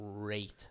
great